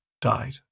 died